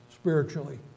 Spiritually